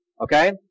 okay